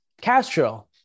Castro